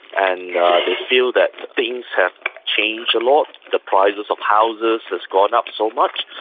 and they feel that things have changed a lot. the prices of houses has gone up so much,